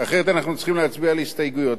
אחרת אנחנו צריכים להצביע על הסתייגויות.